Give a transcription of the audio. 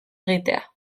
egitea